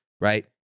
right